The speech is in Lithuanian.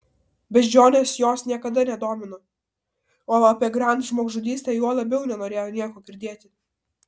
beždžionės jos niekada nedomino o apie grand žmogžudystę juo labiau nenorėjo nieko girdėti